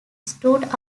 stood